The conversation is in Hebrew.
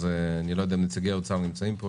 אז אני לא יודע אם נציגי האוצר נמצאים פה,